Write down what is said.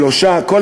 שלושה שבועות,